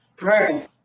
Right